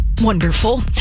wonderful